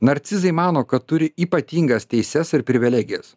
narcizai mano kad turi ypatingas teises ir privilegijas